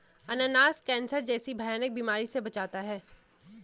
अनानास कैंसर जैसी भयानक बीमारी से बचाता है